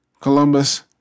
Columbus